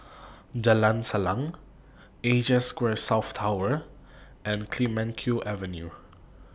Jalan Salang Asia Square South Tower and Clemenceau Avenue